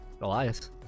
Elias